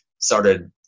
started